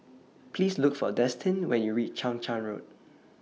Please Look For Destin when YOU REACH Chang Charn Road